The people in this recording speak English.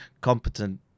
competent